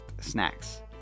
snacks